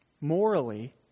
Morally